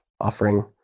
offering